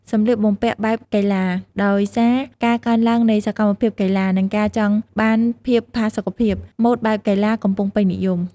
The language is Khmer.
សម្លៀកបំពាក់បែបកីឡាឋ ដោយសារការកើនឡើងនៃសកម្មភាពកីឡា និងការចង់បានភាពផាសុកភាព ម៉ូដបែបកីឡាកំពុងពេញនិយម។